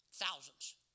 thousands